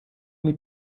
mit